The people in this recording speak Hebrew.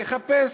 יחפש.